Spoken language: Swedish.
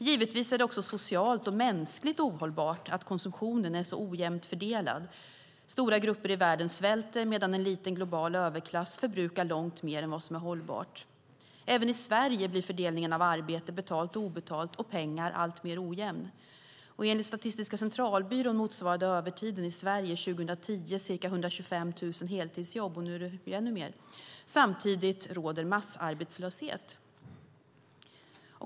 Givetvis är det också socialt och mänskligt ohållbart att konsumtionen är så ojämnt fördelad. Stora grupper i världen svälter medan en liten global överklass förbrukar långt mer än vad som är hållbart. Även i Sverige blir fördelningen av arbete, betalt och obetalt, och pengar alltmer ojämn. Enligt Statistiska centralbyrån motsvarade övertiden i Sverige 2010 ca 125 000 heltidsjobb, och nu är det ännu mer. Samtidigt råder massarbetslöshet.